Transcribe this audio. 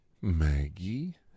Maggie